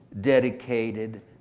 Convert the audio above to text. dedicated